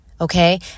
okay